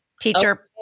teacher